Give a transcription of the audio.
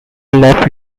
left